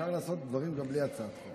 אפשר לעשות דברים גם בלי הצעת חוק.